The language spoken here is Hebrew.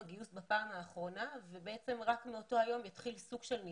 בפעם האחרונה ביום הגיוס ובעצם רק מאותו היום יתחיל סוג של ניתוק.